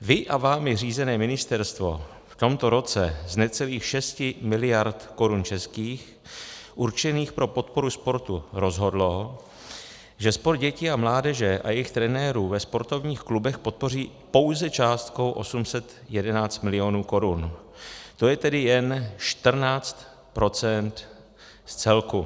Vy a vámi řízené ministerstvo v tomto roce z necelých 6 miliard korun určených pro podporu sportu rozhodlo, že sport dětí a mládeže a jejich trenérů ve sportovních klubech podpoří pouze částkou 811 milionů korun, to je tedy jen 14 % z celku.